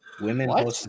Women